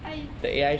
I think